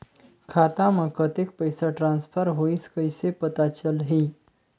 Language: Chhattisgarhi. खाता म कतेक पइसा ट्रांसफर होईस कइसे पता चलही?